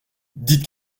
dites